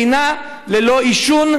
מדינה ללא עישון.